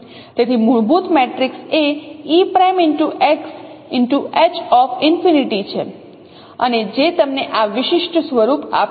તેથી મૂળભૂત મેટ્રિક્સ એ છે અને જે તમને આ વિશિષ્ટ સ્વરૂપ આપશે